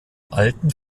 alten